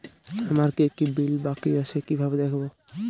আমার কি কি বিল বাকী আছে কিভাবে দেখবো?